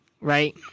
right